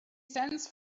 sends